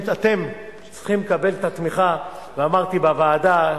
אתם צריכים לקבל את התמיכה, ואמרתי בוועדה,